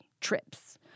trips